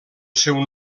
seu